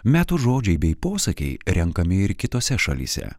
metų žodžiai bei posakiai renkami ir kitose šalyse